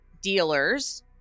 dealers